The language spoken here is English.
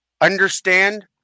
Understand